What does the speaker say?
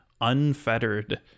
unfettered